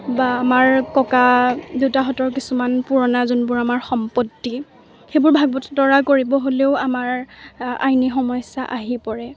বা আমাৰ ককা দেউতাহঁতৰ কিছুমান পুৰণা যোনবোৰ আমাৰ সম্পত্তি সেইবোৰ ভাগ বতৰা কৰিব হ'লেও আমাৰ আইনী সমস্যা আহি পৰে